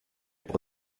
pour